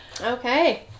Okay